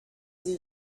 sie